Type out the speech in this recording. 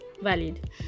valid